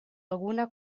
alguna